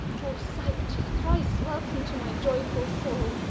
o sight thrice-welcome to my joyful soul,